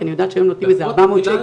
כי אני יודעת שהיום נותנים 400 שקל.